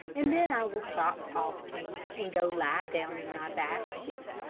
and then i will stop talking, and go lie down in my basket,